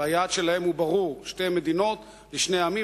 והיעד שלהם ברור: שתי מדינות לשני עמים,